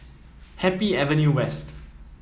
Happy Avenue West